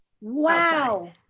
Wow